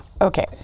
Okay